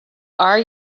are